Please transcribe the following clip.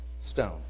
stone